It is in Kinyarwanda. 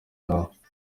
nawe